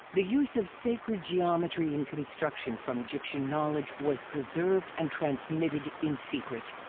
the use of sacred geometry in construction from egyptian knowledge was preserved and transmitted in secret.